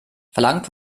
verlangt